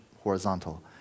horizontal